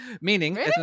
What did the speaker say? Meaning